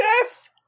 death